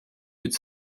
its